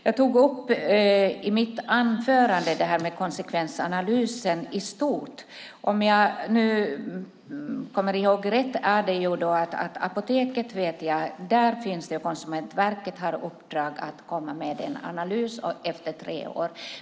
Jag tog i mitt anförande upp konsekvensanalyser i stort. Om jag minns rätt har Konsumentverket fått i uppdrag att efter tre år göra en analys vad avser apoteket.